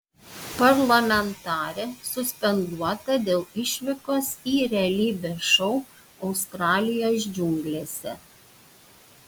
parlamentarė suspenduota dėl išvykos į realybės šou australijos džiunglėse